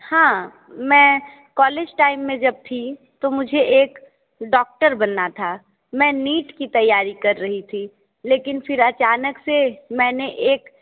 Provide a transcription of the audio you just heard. हाँ मैं college time में जब थी तो मुझे एक डॉक्टर बनना था मैं नीट की तैयारी कर रही थी लेकिन फिर अचानक से मैंने एक